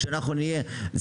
ושאנחנו נהיה שבעי רצון.